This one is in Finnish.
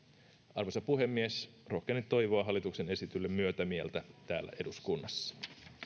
arvoisa puhemies rohkenen toivoa hallituksen esitykselle myötämieltä täällä eduskunnassa